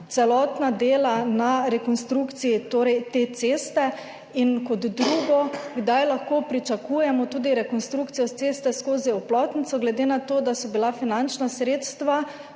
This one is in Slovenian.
celotna dela na rekonstrukciji te ceste. In drugič, kdaj lahko pričakujemo tudi rekonstrukcijo ceste skozi Oplotnico glede na to, da so bila finančna sredstva